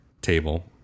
table